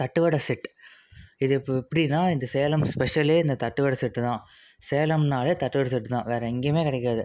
தட்டுவடை set இது இப்போ எப்படின்னா இந்த சேலம் ஸ்பெஷலே இந்த தட்டுவடை செட்டுதான் சேலாம்னாலே தட்டுவடை செட்டுதான் வேறு எங்கேயுமே கிடைக்காது